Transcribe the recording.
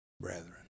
brethren